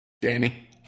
Danny